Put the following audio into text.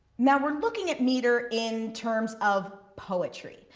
now we're looking at meter in terms of poetry.